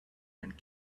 and